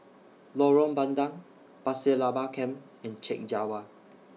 Lorong Bandang Pasir Laba Camp and Chek Jawa